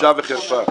בושה וחרפה.